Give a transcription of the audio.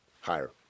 higher